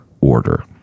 order